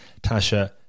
Tasha